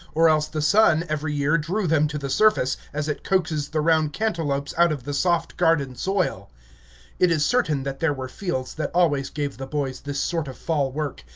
or else the sun every year drew them to the surface, as it coaxes the round cantelopes out of the soft garden soil it is certain that there were fields that always gave the boys this sort of fall work.